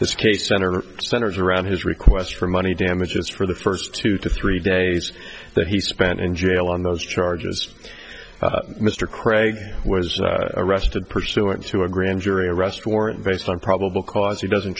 this case center centers around his request for money damages for the first two to three days that he spent in jail on those charges mr craig was arrested pursuant to a grand jury arrest warrant based on probable cause he doesn't